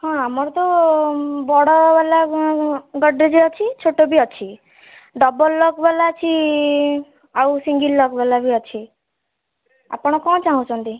ହଁ ଆମର ତ ବଡ଼ ବାଲା ଗଡ଼୍ରେଜ୍ ଅଛି ଛୋଟ ବି ଅଛି ଡବଲ୍ ଲକ୍ ବାଲା ଅଛି ଆଉ ସିଙ୍ଗିଲ୍ ଲକ୍ ବାଲା ବି ଅଛି ଆପଣ କ'ଣ ଚାହୁଁଚନ୍ତି